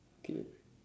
okay